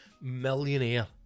millionaire